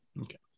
Okay